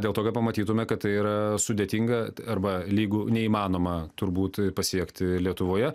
dėl to kad pamatytume kad tai yra sudėtinga arba lygu neįmanoma turbūt pasiekti lietuvoje